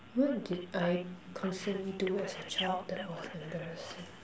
what did I constantly do as a child that was embarrassing